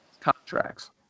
contracts